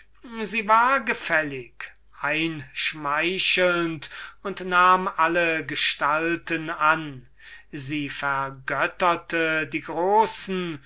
sie war gefällig einschmeichelnd und wußte alle gestalten anzunehmen sie vergötterte die großen